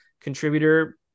contributor